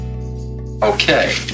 Okay